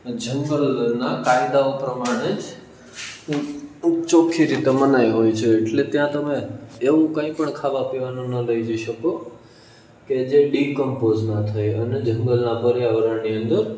જંગલના કાયદાઓ પ્રમાણે જ એક ચોખ્ખી રીતે મનાઈ હોય છે એટલે ત્યાં તમે એવું કંઈ પણ ખાવા પીવાનું ન લઈ જઈ શકો કે જે ડીકમપોઝ ન થાય અને જંગલના પર્યાવરણની અંદર